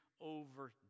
over